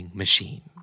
machine